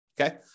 okay